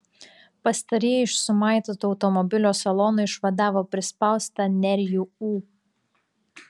pastarieji iš sumaitoto automobilio salono išvadavo prispaustą nerijų ū